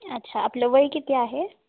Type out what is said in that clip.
अच्छा आपलं वय किती आहे